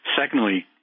Secondly